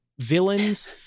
villains